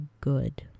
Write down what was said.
good